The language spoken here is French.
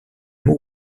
mot